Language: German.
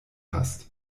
hast